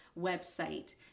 website